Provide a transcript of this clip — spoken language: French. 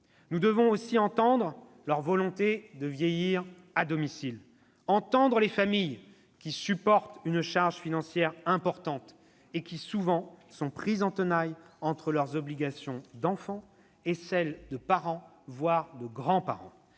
Nous devons aussi entendre leur volonté de vieillir à domicile ; entendre les familles qui supportent une charge financière importante et qui souvent sont prises en tenaille entre leurs obligations d'enfants et celles de parents, voire de grands-parents